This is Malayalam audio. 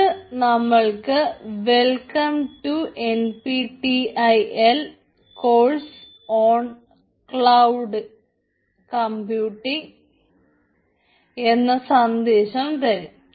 ഇത് നമ്മൾക്ക് welcome to N P T E L course on cloud computing എന്ന സന്ദേശം തരും